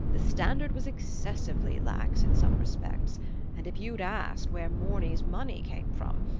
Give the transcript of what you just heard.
the standard was excessively lax in some respects and if you'd asked where morny's money came from!